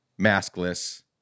maskless